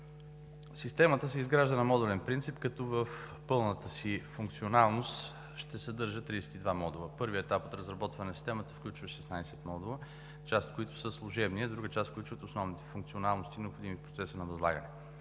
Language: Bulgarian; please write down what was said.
Системата се изгражда на модулен принцип, като в пълната си функционалност ще съдържа 32 модула. Първият етап от разработване на системата включва 16 модула, част от които са служебни, а друга част включват основните функционалности, необходими в процеса на възлагане.